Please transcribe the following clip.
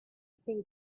see